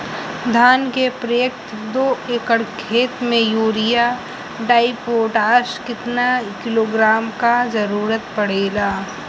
धान के प्रत्येक दो एकड़ खेत मे यूरिया डाईपोटाष कितना किलोग्राम क जरूरत पड़ेला?